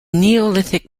neolithic